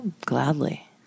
gladly